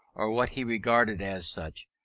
or what he regarded as such,